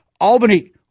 Albany